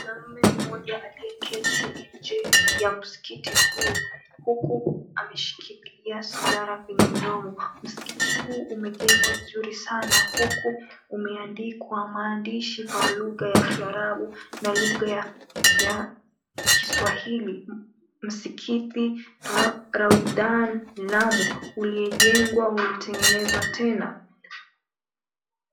Mwanaume mmoja aliyeketi nje ya msikiti huu huku ameshikilia sigara kwenye mdomo. Msikiti huu umejengwa vizuri sana huku umeandikwa maandishi kwa lugha ya kiarabu na lugha ya kiswahili, Msikiti Raudhan Lamu uliojengwa umetengenezwa tena.